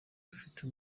afite